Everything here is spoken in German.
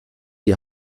die